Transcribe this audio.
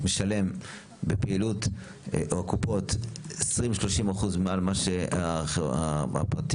משלם בפעילות או הקופות 20%-30% מעל מה שהפרטיים,